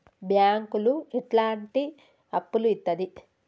బ్యాంకులు ఎట్లాంటి అప్పులు ఇత్తది?